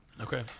Okay